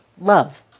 Love